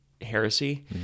heresy